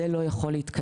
אז זה לא יכול להתקיים.